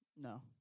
No